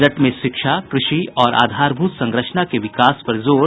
budget में शिक्षा कृषि और आधारभूत संरचना के विकास पर जोर